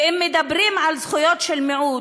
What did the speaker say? ואם מדברים על זכויות של מיעוט,